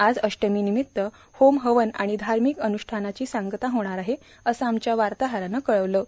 आज अष्टमीनिमित होमहवन आणि धार्मिक अन्ष्ठानाची सांगता होणार असल्याचं आमच्या वार्ताहरानं कळवलं आहे